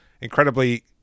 Incredibly